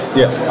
yes